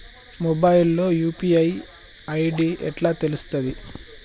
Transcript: Mobile లో UPI ID ఎట్లా తెలుస్తది?